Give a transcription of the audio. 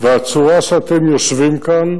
והצורה שאתם יושבים כאן